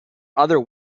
other